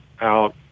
out